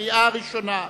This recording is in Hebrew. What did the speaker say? אני